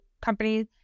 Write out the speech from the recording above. companies